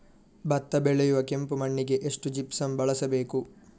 ಭತ್ತ ಬೆಳೆಯುವ ಕೆಂಪು ಮಣ್ಣಿಗೆ ಎಷ್ಟು ಜಿಪ್ಸಮ್ ಬಳಸಬೇಕು?